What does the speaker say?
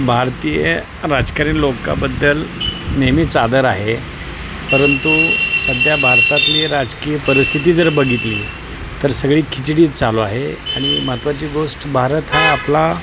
भारतीय राजकारणी लोकांबद्दल नेहमीच आदर आहे परंतु सध्या भारतातली राजकीय परिस्थिती जर बघितली तर सगळी खिचडीच चालू आहे आणि महत्त्वाची गोष्ट भारत हा आपला